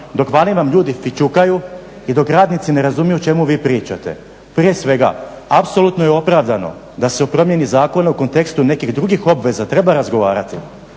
dok vani vam ljudi fićukaju i dok radnici ne razumiju o čemu vi pričate. Prije svega apsolutno je opravdano da se o promjeni zakona u kontekstu nekih drugih obveza treba razgovarati,